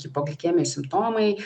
hipoglikemijos simptomai